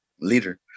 leader